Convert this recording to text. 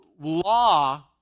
law